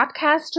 podcaster